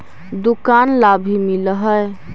दुकान ला भी मिलहै?